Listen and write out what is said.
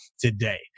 today